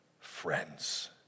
friends